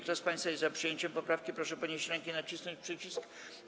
Kto z państwa jest za przyjęciem poprawki, proszę podnieść rękę i nacisnąć przycisk.